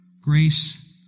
grace